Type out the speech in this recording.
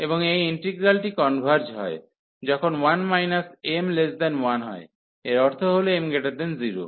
এবং এই ইন্টিগ্রালটি কনভার্জ হয় যখন 1 m1 হয় এর অর্থ হল m0